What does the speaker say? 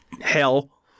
Hell